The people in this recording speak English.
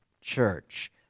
church